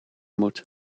moet